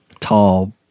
tall